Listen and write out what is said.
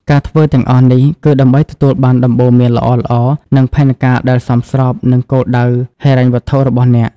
ការធ្វើទាំងអស់នេះ គឺដើម្បីទទួលបានដំបូន្មានល្អៗ និងផែនការដែលសមស្របនឹងគោលដៅហិរញ្ញវត្ថុរបស់អ្នក។